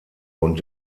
und